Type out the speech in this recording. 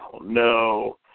no